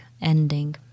ending